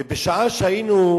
ובשעה שהמתנו